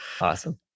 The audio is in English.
Awesome